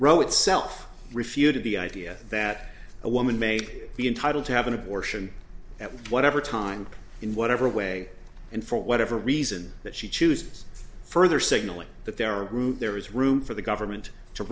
roe itself refuted the idea that a woman may be entitled to have an abortion at whatever time in whatever way and for whatever reason that she chooses further signaling that there are a group there is room for the government to